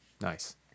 Nice